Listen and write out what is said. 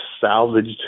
salvaged